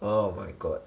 oh my god